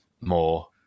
more